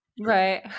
right